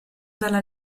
dalla